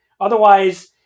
Otherwise